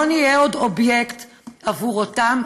לא נהיה עוד אובייקט עבור אותם